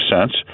cents